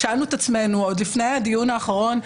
שאלנו את עצמנו עוד לפני הדיון האחרון,